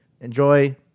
Enjoy